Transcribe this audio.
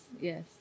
yes